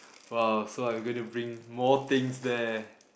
!wow! so I am going to bring more things there